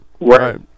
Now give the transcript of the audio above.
right